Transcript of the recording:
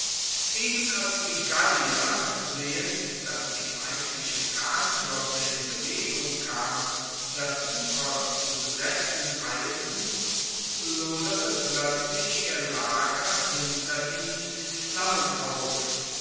eben als die gallier sehend dass die feindliche kahnflotte in bewegung kam das ufer zu besetzen eilten loderte ploetzlich ihr lager hinter ihnen in flammen auf